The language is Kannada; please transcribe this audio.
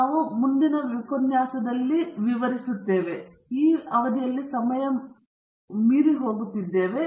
ನಾವು ಶೀಘ್ರದಲ್ಲೇ ಮುಂದುವರೆಯುತ್ತೇವೆ